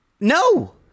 No